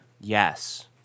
Yes